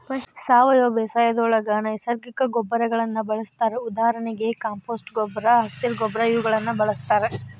ಸಾವಯವ ಬೇಸಾಯದೊಳಗ ನೈಸರ್ಗಿಕ ಗೊಬ್ಬರಗಳನ್ನ ಬಳಸ್ತಾರ ಉದಾಹರಣೆಗೆ ಕಾಂಪೋಸ್ಟ್ ಗೊಬ್ಬರ, ಹಸಿರ ಗೊಬ್ಬರ ಇವುಗಳನ್ನ ಬಳಸ್ತಾರ